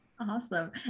Awesome